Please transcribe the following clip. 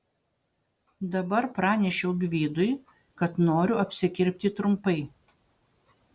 dabar pranešiau gvidui kad noriu apsikirpti trumpai